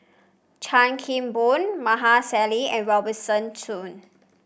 Chan Kim Boon Maarof Salleh and Robert Soon